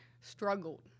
Struggled